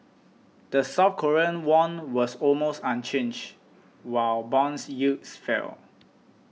the South Korean won was almost unchanged while bonds yields fell